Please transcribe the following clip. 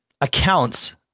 accounts